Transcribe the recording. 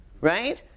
right